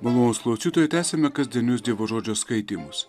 malonūs klausytojai tęsiame kasdienius dievo žodžio skaitymus